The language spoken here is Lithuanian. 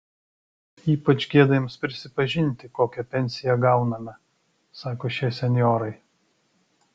ypač gėda jiems prisipažinti kokią pensiją gauname sako šie senjorai